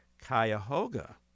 Cuyahoga